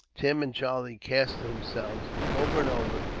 tim and charlie cast themselves over and over,